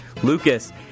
Lucas